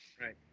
Right